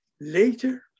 Later